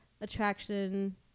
attraction